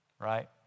Right